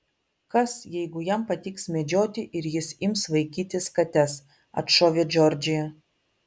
kas jeigu jam patiks medžioti ir jis ims vaikytis kates atšovė džordžija